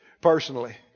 personally